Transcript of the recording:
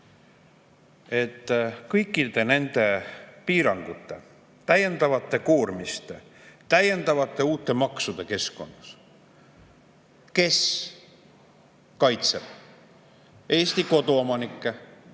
kõikide nende piirangute, täiendavate koormiste, uute maksude keskkonnas kes kaitseb Eesti koduomanikke,